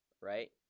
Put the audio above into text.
right